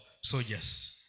soldiers